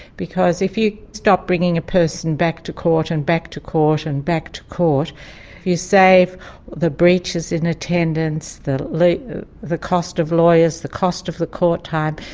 because if you stop bringing a person back to court and back to court and back to court you save the breaches in attendance, the the cost of lawyers, the cost of the court time.